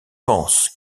pense